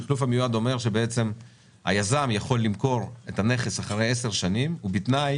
שחלוף המיועד אומר שבעצם היזם יכול למכור את הנכס אחרי 10 שנים ובתנאי